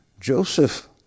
Joseph